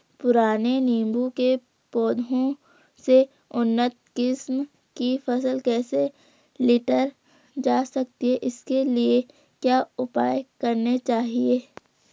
पुराने नीबूं के पौधें से उन्नत किस्म की फसल कैसे लीटर जा सकती है इसके लिए क्या उपाय करने चाहिए?